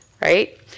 right